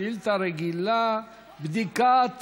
שאילתה רגילה: בדיקת